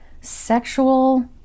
sexual